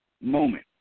moment